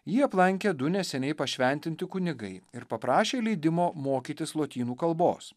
jį aplankė du neseniai pašventinti kunigai ir paprašė leidimo mokytis lotynų kalbos